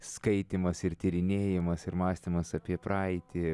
skaitymas ir tyrinėjimas ir mąstymas apie praeitį